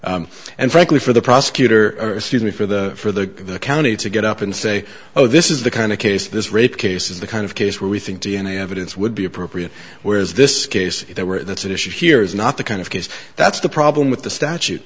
and frankly for the prosecutor excuse me for the for the county to get up and say oh this is the kind of case this rape case is the kind of case where we think d n a evidence would be appropriate whereas this case if there were that's at issue here is not the kind of case that's the problem with the statu